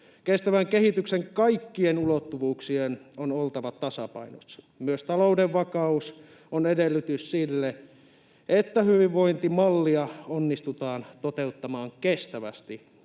Kestävän kehityksen kaikkien ulottuvuuksien on oltava tasapainossa. Myös talouden vakaus on edellytys sille, että hyvinvointimallia onnistutaan toteuttamaan kestävästi.